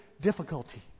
difficulty